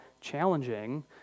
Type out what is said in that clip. challenging